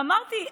אמרתי,